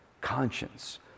Conscience